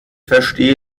verstehe